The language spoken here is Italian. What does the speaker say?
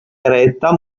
eretta